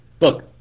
Look